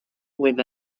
with